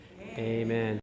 Amen